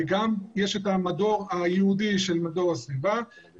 וגם יש את המדור הייעודי של מדור הסביבה,